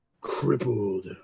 crippled